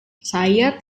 saya